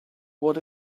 what